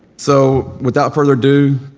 so without further ado,